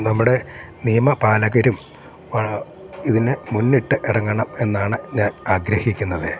നമ്മുടെ നിയമപാലകരും ഇതിന് മുന്നിട്ട് ഇറങ്ങണം എന്നാണ് ഞാൻ ആഗ്രഹിക്കുന്നത്